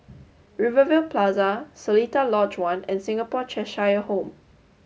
Rivervale Plaza Seletar Lodge One and Singapore Cheshire Home